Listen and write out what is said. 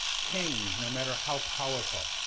kings, no matter how powerful,